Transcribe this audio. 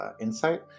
insight